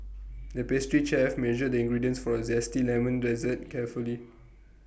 the pastry chef measured the ingredients for A Zesty Lemon Dessert carefully